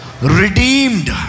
redeemed